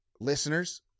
listeners